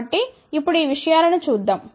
కాబట్టి ఇప్పుడు ఈ విషయాలను చూద్దాం